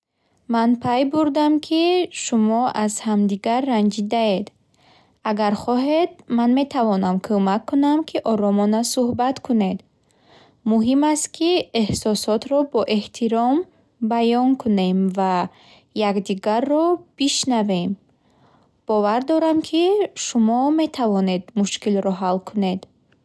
Ман пай бурдам, ки шумо аз ҳамдигар ранҷидаед. Агар хоҳед, ман метавонам кӯмак кунам, ки оромона суҳбат кунед. Муҳим аст, ки эҳсосотро боэҳтиром баён кунем ва якдигарро бишнавем. Бовар дорам, ки шумо метавонед мушкилро ҳал кунед.